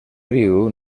riu